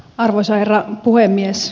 arvoisa herra puhemies